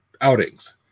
outings